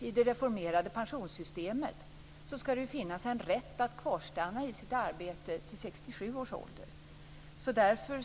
I det reformerade pensionssystemet skall det ju finnas en rätt att kvarstanna på sitt arbete till 67 års ålder. Därför